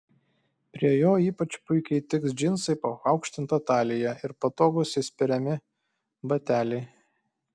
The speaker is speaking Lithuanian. prie jo ypač puikiai tiks džinsai paaukštinta talija ir patogūs įspiriami bateliai